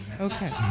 Okay